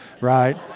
Right